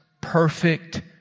perfect